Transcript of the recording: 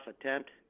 attempt